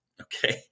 Okay